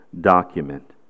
document